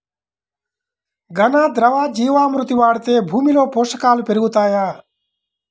ఘన, ద్రవ జీవా మృతి వాడితే భూమిలో పోషకాలు పెరుగుతాయా?